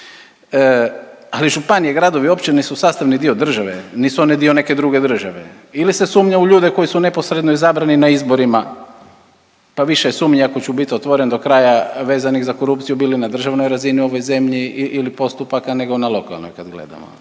Ali županije, gradovi i općine su sastavni dio države. Nisu one dio neke druge države ili se sumnja u ljude koji su neposredno izabrani na izborima pa više je sumnje ako ću bit otvoren do kraja vezanih za korupciju bili na državnoj razini u ovoj zemlji ili postupaka nego na lokalnoj kad gledamo,